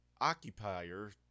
occupier